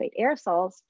aerosols